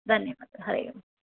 धन्यवादः हरिः ओम्